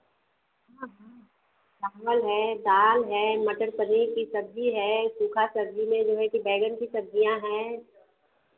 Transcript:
चावल है दाल है मटर पनीर की सब्ज़ी है सूखा सब्ज़ी में जो है की बैंगन की सब्ज़ियाँ हैं